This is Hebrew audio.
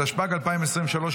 התשפ"ג 2023,